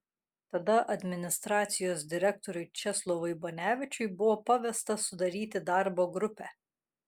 tada administracijos direktoriui česlovui banevičiui buvo pavesta sudaryti darbo grupę